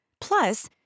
Plus